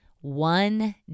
One